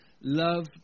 love